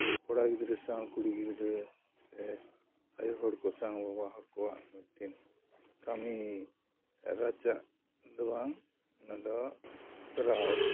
ᱠᱚᱲᱟ ᱜᱤᱫᱽᱨᱟᱹ ᱥᱟᱶ ᱠᱩᱲᱤ ᱜᱤᱫᱽᱨᱟᱹ ᱥᱮ ᱟᱹᱭᱩ ᱦᱚᱲ ᱠᱚ ᱥᱟᱶ ᱵᱟᱵᱟ ᱦᱚᱲ ᱠᱚᱣᱟᱜ ᱢᱤᱫᱴᱤᱱ ᱠᱟᱹᱢᱤ ᱨᱟᱪᱟᱜ ᱫᱚ ᱵᱟᱝ ᱚᱱᱟ ᱫᱚ ᱦᱮᱯᱨᱟᱣ